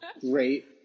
Great